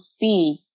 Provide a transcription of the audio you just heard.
see